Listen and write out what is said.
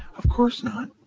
of course not.